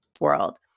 World